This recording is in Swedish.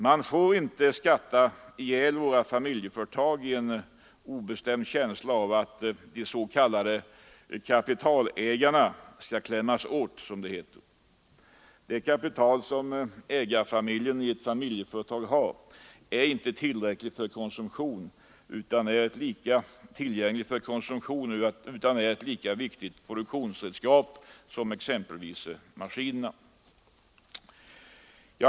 Man får inte skatta ihjäl våra familjeföretag i en obestämd känsla av att de s.k. kapitalägarna skall klämmas åt, som det heter. Det kapital som ägarfamiljen i familjeföretag har är inte tillgängligt för konsumtion utan det är ett lika viktigt produktionsredskap som exempelvis maskinerna.